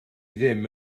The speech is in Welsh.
ddim